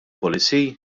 policy